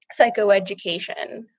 psychoeducation